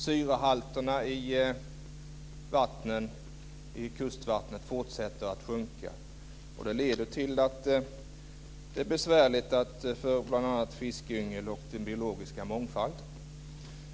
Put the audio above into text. Syrehalterna i kustvattnet fortsätter att sjunka, och det leder till att det är besvärligt för bl.a. fiskyngel och den biologiska mångfalden.